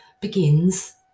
begins